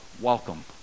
welcome